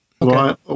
Right